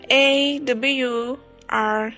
awr